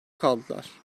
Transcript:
kaldılar